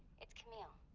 it's camille.